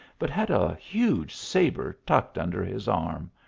but had a huge sabre tucked under his arm,